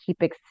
keep